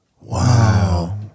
Wow